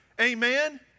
Amen